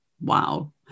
wow